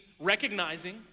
recognizing